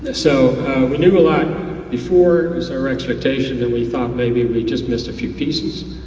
so we knew a lot before was our expectation, and we thought maybe we just missed a few pieces.